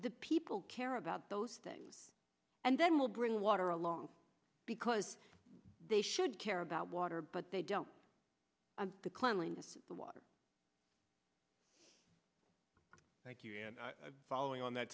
the people care about those things and then will bring water along because they should care about water but they don't and the cleanliness of the water thank you and following on that